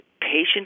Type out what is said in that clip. Patients